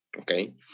okay